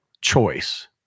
choice